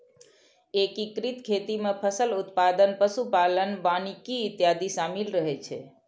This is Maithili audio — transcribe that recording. एकीकृत खेती मे फसल उत्पादन, पशु पालन, वानिकी इत्यादि शामिल रहै छै